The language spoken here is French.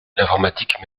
l’informatique